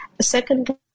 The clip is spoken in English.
Secondly